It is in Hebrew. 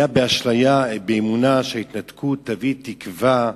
היה באשליה ובאמונה שההתנתקות תביא תקווה חדשה,